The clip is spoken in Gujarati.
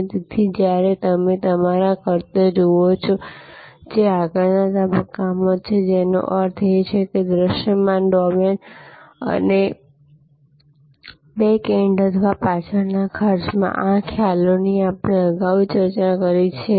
અને તેથી જ્યારે તમે તમારા ખર્ચને જુઓ જે આગળના તબક્કામાં છેતેનો અર્થ એ છે કે દૃશ્યમાન ડોમેન અને બેકએન્ડ અથવા પાછળના ખર્ચમાં આ ખ્યાલોની આપણે અગાઉ ચર્ચા કરી છે